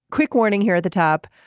quick warning here at the top.